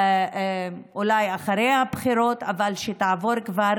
אולי אחרי הבחירות, אבל שתעבור כבר